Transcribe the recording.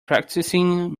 practicing